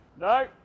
no